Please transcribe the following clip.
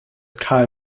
karl